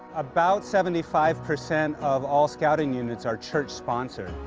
about seventy five percent of all scouting units are church sponsored,